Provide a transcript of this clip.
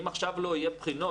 אם עכשיו לא יהיו בחינות,